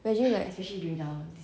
especially like